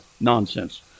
nonsense